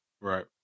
Right